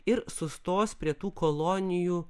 ir sustos prie tų kolonijų